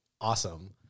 awesome